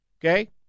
Okay